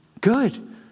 Good